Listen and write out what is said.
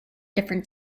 different